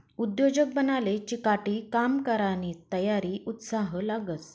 उद्योजक बनाले चिकाटी, काम करानी तयारी, उत्साह लागस